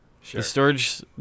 storage